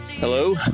Hello